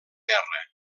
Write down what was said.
guerra